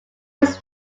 was